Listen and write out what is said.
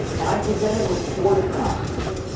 and i'm presented with four different options.